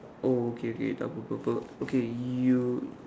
oh okay okay double purple okay you